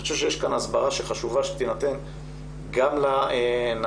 אני חושב שיש כאן הסברה שחשוב שתינתן גם לנערות